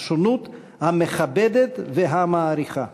השונות המכבדת והמעריכה.